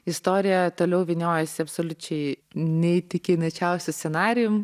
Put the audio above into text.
istorija toliau vyniojosi absoliučiai neįtikinėčiausiu scenarijum